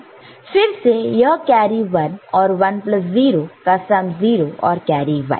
फिर से यह कैरी 1 और 10 का सम 0 और कैरी 1